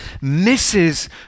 misses